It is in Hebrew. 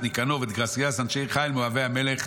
ניקנור ואת גרגיאס אנשי חיל מאוהבי המלך.